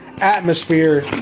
atmosphere